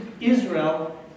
Israel